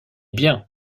bien